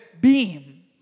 beam